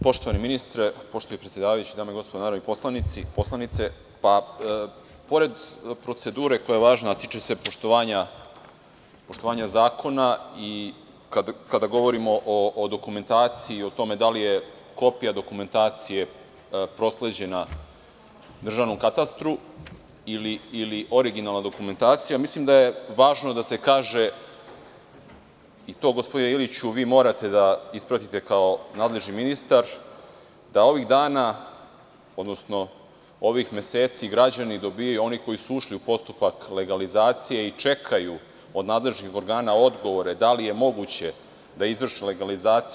Poštovani ministre, poštovani predsedavajući, dame i gospodo narodni poslanici i poslanice, pored procedure koja je važna, a tiče se poštovanja zakona i kada govorimo o dokumentaciji i o tome da li je kopija dokumentacije prosleđena državnom katastru ili originalna dokumentacija, mislim da je važno da se kaže i to, gospodine Iliću, vi morate da ispratite kao nadležni ministar da ovih dana, odnosno ovih meseci, građani dobijaju oni koji su ušli u postupak legalizacije i čekaju od nadležnih organa odgovore, da li je moguće da izvrše legalizaciju.